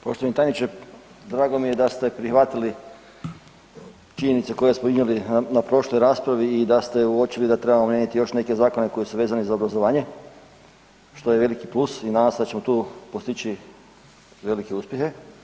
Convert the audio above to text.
Poštovani tajniče, drago mi je da ste prihvatili činjenice koje smo iznijeli na prošloj raspravi i da ste uočili da trebamo mijenjati još neke zakone koji su vezani za obrazovanje, što je veliki plus i nadam se da ćemo tu postići velike uspjehe.